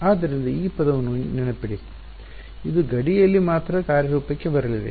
ಆದ್ದರಿಂದ ಈ ಪದವು ನೆನಪಿಡಿ ಇದು ಗಡಿಯಲ್ಲಿ ಮಾತ್ರ ಕಾರ್ಯರೂಪಕ್ಕೆ ಬರಲಿದೆ